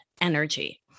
energy